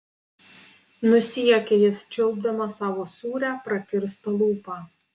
nusijuokė jis čiulpdamas savo sūrią prakirstą lūpą